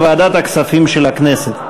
לוועדת הכספים של הכנסת.